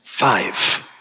Five